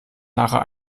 nachher